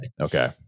okay